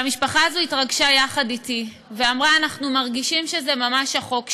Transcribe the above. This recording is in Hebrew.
והמשפחה הזאת התרגשה יחד אתי ואמרה: אנחנו מרגישים שזה ממש החוק שלנו.